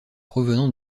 provenant